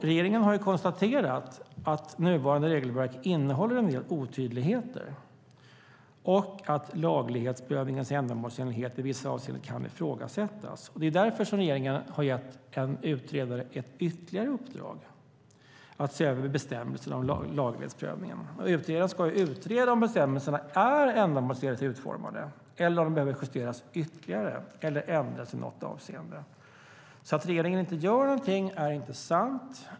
Regeringen har konstaterat att nuvarande regelverk innehåller en del otydligheter och att laglighetsprövningens ändamålsenlighet i vissa avseenden kan ifrågasättas. Därför har regeringen gett en utredare ett ytterligare uppdrag att se över bestämmelserna om laglighetsprövningen. Utredaren ska utreda om bestämmelserna är ändamålsenligt utformade eller om de behöver justeras ytterligare eller ändras i något avseende. Att regeringen inte gör någonting är inte sant.